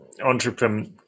entrepreneur